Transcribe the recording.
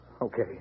Okay